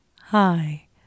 Hi